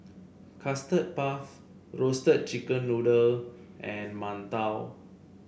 Custard Puff Roasted Chicken Noodle and mantou